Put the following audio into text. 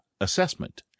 Assessment